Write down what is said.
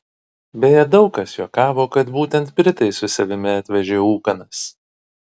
beje daug kas juokavo kad būtent britai su savimi atvežė ūkanas